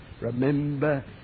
Remember